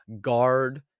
guard